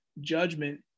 Judgment